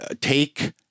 take